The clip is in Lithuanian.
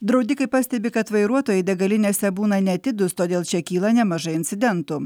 draudikai pastebi kad vairuotojai degalinėse būna neatidūs todėl čia kyla nemažai incidentų